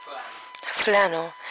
flannel